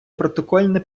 протокольне